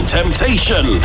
temptation